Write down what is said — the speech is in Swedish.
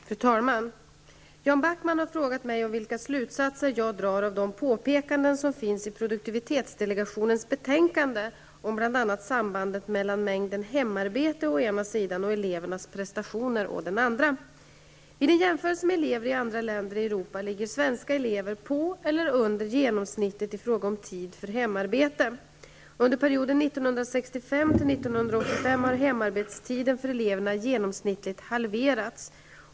Fru talman! Jan Backman har frågat mig om vilka slutsatser jag drar av de påpekanden som finns i produktivitetsdelegationens betänkande om bl.a. sambandet mellan mängden hemarbete å ena sidan och elevernas prestationer å den andra. Vid en jämförelse med elever i andra länder i Europa ligger svenska elever på eller under genomsnittet i fråga om tid för hemarbete. Under perioden 1965--1985 har hemarbetstiden för elverna genomsnittligt halverats.